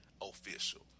official